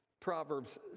Proverbs